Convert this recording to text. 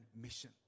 mission